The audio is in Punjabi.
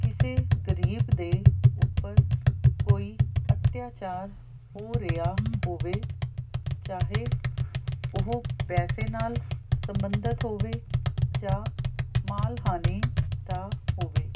ਕਿਸੇ ਗਰੀਬ ਦੇ ਉੱਪਰ ਕੋਈ ਅੱਤਿਆਚਾਰ ਹੋ ਰਿਹਾ ਹੋਵੇ ਚਾਹੇ ਉਹ ਪੈਸੇ ਨਾਲ ਸੰਬੰਧਿਤ ਹੋਵੇ ਜਾਂ ਮਾਣਹਾਨੀ ਦਾ ਹੋਵੇ